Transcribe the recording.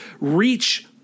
reach